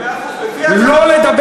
זה עבר לניפוץ בתי-כנסת,